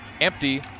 Empty